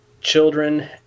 children